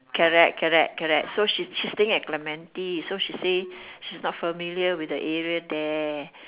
correct correct correct so she she's staying at clementi so she say she's not familiar with the area there